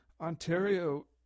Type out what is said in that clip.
Ontario